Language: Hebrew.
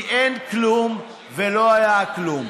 כי אין כלום ולא היה כלום.